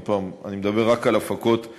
עוד פעם, אני מדבר רק על הפקות חיצוניות.